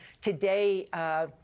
today